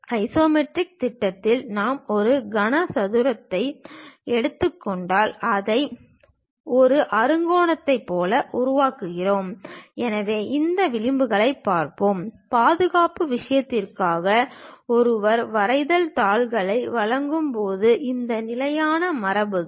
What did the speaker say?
isometric திட்டத்தில் நாம் ஒரு கனசதுரத்தை எடுத்துக்கொண்டால் அதை ஒரு அறுகோணத்தைப் போல உணர்கிறோம் எனவே இந்த விளிம்புகளைப் பார்ப்போம் பாதுகாப்பு விஷயத்திற்காக ஒருவர் வரைதல் தாள்களை வழங்கும்போது இவை நிலையான மரபுகள்